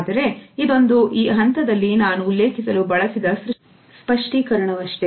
ಆದರೆ ಇದೊಂದು ಈ ಹಂತದಲ್ಲಿ ನಾನು ಉಲ್ಲೇಖಿಸಲು ಬಳಸಿದ ಸ್ಪಷ್ಟೀಕರಣವಷ್ಟೇ